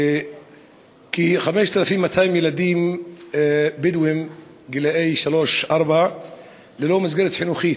כ-5,200 ילדים בדואים גילאי שלוש ארבע ללא מסגרת חינוך.